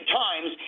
times